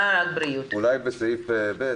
אולי בתקנת משנה (ב)